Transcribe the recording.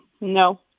No